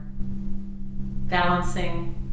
balancing